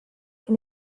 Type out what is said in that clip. can